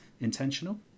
intentional